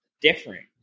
different